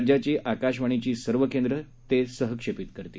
राज्याचली आकाशवाणीची सर्व केंद्र तो सहक्षेपित करतील